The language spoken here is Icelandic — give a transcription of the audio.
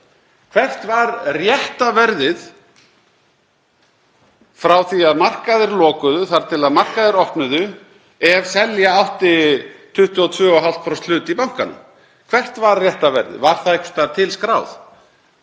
Hvert var rétta verðið frá því að markaðir lokuðu þar til markaðir opnuðu ef selja átti 22,5% hlut í bankanum? Hvert var rétta verðið? Var það einhvers staðar til skráð?